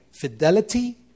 fidelity